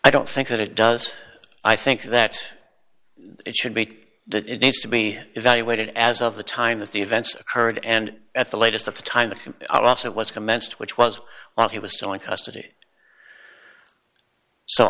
i don't think that it does i think that it should be that it needs to be evaluated as of the time that the events occurred and at the latest at the time the hour also was commenced which was while he was still in custody so